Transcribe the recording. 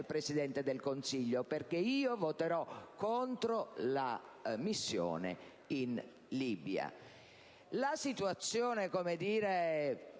Presidente del Consiglio, perché voterò contro la missione in Libia». La situazione, come dire,